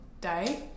day